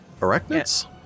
arachnids